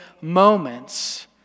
moments